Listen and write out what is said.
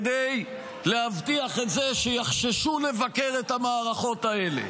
כדי להבטיח את זה שיחששו לבקר את המערכות האלה.